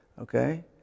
Okay